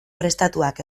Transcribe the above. prestatuak